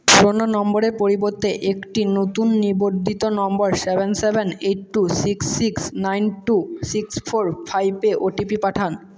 পুরনো নম্বরের পরিবর্তে একটি নতুন নিবন্ধিত নম্বর seven seven eight two six six nine two six four ফাইভে ওটিপি পাঠান